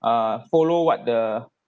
uh follow what the